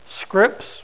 Scripts